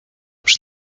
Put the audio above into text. przy